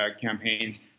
campaigns